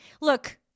look